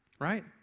Right